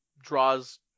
draws